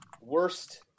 worst